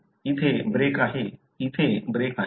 इथे ब्रेक आहे इथे ब्रेक आहे